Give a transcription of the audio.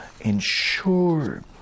ensure